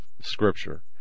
scripture